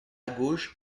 gauche